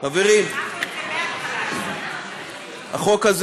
חברים, אנחנו,